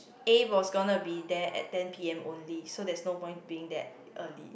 A was gonna be there at ten p_m only so there's no point being that early